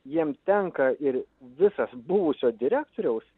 jiem tenka ir visas buvusio direktoriaus